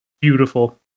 beautiful